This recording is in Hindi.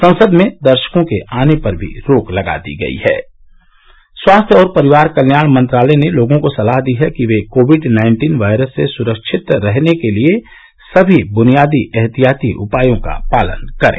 संसद में दर्शकों के आने पर भी रोक लगा दी गई है स्वास्थ्य और परिवार कल्याण मंत्रालय ने लोगों को सलाह दी है कि वे कोविड नाइन्टीन वायरस से सुरक्षित रहने के लिए सभी बुनियादी एहतियाती उपायों का पालन करें